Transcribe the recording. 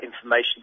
information